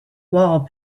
wall